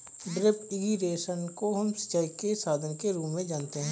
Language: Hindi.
ड्रिप इरिगेशन को हम सिंचाई के साधन के रूप में जानते है